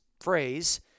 phrase